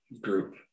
group